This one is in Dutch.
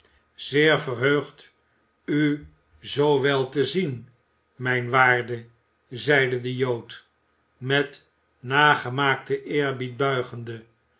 zeer verheugd u zoo wel te zien mijn waarde zeide de jood met nagemaakten eerbied buigende